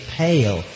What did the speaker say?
pale